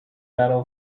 battle